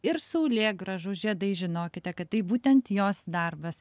ir saulėgrąžų žiedais žinokite kad tai būtent jos darbas